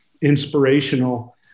inspirational